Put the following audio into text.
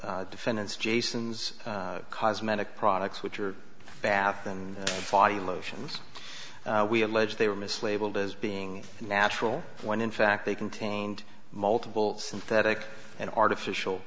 f defendants jason's cosmetic products which are bath and body lotions we allege they were mislabeled as being natural when in fact they contained multiple synthetic and artificial